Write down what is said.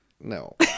No